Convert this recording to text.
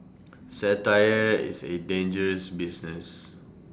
satire is A dangerous business